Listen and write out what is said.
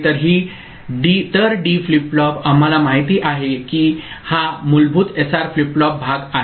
तर D flip flop आम्हाला माहिती आहे की हा मूलभूत एसआर फ्लिप फ्लॉप भाग आहे